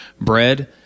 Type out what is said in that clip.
bread